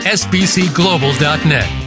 sbcglobal.net